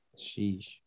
Sheesh